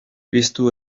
piztu